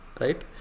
right